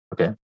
Okay